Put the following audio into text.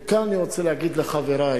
וכאן אני רוצה להגיד לחברי,